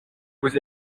vous